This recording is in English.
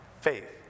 faith